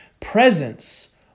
presence